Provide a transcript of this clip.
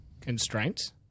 constraints